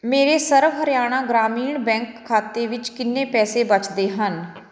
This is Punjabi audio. ਮੇਰੇ ਸਰਵ ਹਰਿਆਣਾ ਗ੍ਰਾਮੀਣ ਬੈਂਕ ਖਾਤੇ ਵਿੱਚ ਕਿੰਨੇ ਪੈਸੇ ਬਚਦੇ ਹਨ